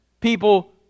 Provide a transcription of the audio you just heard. People